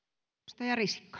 arvoisa